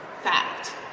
Fact